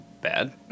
bad